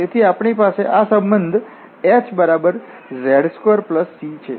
તેથી આપણી પાસે આ સંબંધ hz2c છે